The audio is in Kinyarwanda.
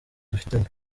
dufitanye